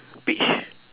peach